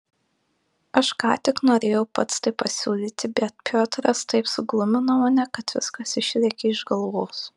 aš ką tik norėjau pats tai pasiūlyti bet piotras taip suglumino mane kad viskas išlėkė iš galvos